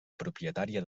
propietària